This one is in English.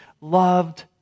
loved